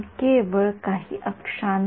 तर आता आपण आणखी काही मुद्दे पाहू